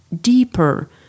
deeper